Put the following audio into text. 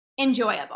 enjoyable